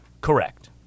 Correct